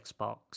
Xbox